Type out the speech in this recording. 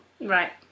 Right